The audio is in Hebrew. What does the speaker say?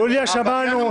יוליה, שמענו, תודה.